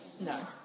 No